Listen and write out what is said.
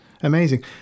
amazing